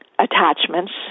attachments